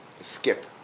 skip